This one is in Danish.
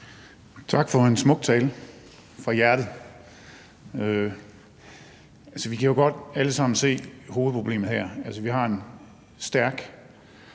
Tak for en smuk tale – den kom fra hjertet. Altså, vi kan jo godt alle sammen se hovedproblemet her. Vi har en stærk